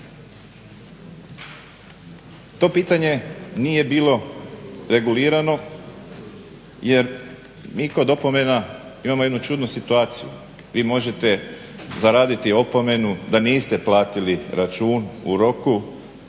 To pitanje nije bilo regulirano jer mi kod opomena imamo jednu čudnu situaciju. Vi možete zaraditi opomenu da niste platili račun u roku